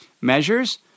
measures